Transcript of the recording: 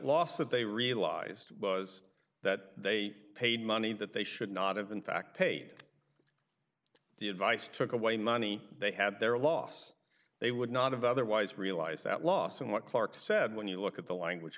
that they realized was that they paid money that they should not have in fact paid the advice took away money they had their loss they would not have otherwise realized that loss and what clarke said when you look at the language